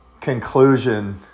conclusion